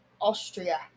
Austria